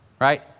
Right